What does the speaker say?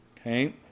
Okay